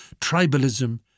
tribalism